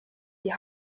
die